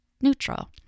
neutral